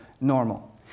normal